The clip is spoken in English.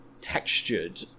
textured